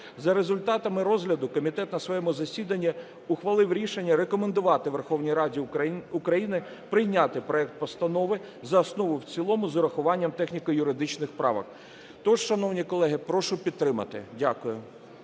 За результатами розгляду комітет на своєму засіданні ухвалив рішення рекомендувати Верховній Раду України прийняти проект постанови за основу і в цілому з урахуванням техніко-юридичних правок. Тож, шановні колеги, прошу підтримати. Дякую.